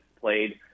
played